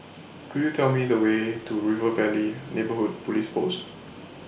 Could YOU Tell Me The Way to River Valley Neighbourhood Police Post